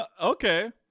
okay